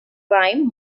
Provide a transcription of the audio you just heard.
crime